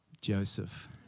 Joseph